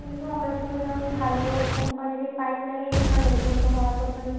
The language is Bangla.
কিন্তু আমরা তো ম্যাডাম ভালো কোম্পানিরই পাইপ লাগিয়েছিলাম এরকম তো হওয়ার কথা নয়